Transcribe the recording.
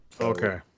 Okay